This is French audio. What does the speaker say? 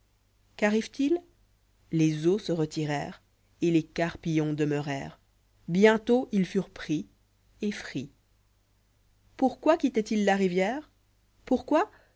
quarriva t il les eaux se retirèrent et les carpillons demeurèrent bientôt ils furent pris et frits pourquoi quittoîent ils la rivière pourquoi